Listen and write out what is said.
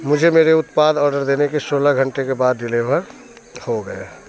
मुझे मेरे उत्पाद आर्डर देने के सोलह घंटे के बाद डिलीवर हो गया